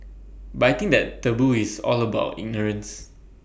but I think that taboo is all about ignorance